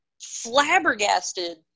flabbergasted